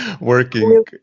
working